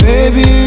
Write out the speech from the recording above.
Baby